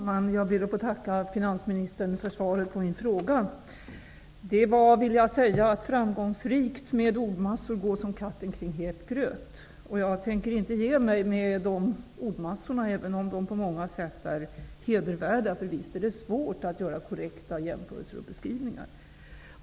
Herr talman! Jag ber att få tacka finansministern för svaret på min fråga. Svaret var framgångsrikt, dvs. att med hjälp av ordmassor gå som katten kring het gröt. Jag tänker inte nöja mig med de ordmassorna, även om de på många sätt är hedervärda. Visst är det svårt att göra korrekta jämförelser och beskrivningar.